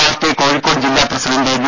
party Kozhikode ജില്ലാ president V